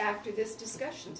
after this discussion